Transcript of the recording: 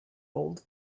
old